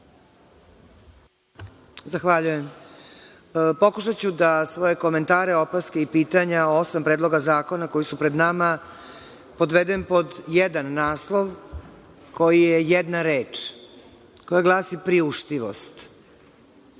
Zahvaljujem. Pokušaću da svoje komentare, opaske i pitanja o osam predloga zakona koji su pred nama podvedem pod jedan naslov, koji je jedna reč koja glasi „priuštivost“.